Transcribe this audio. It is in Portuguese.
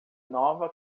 nova